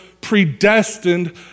predestined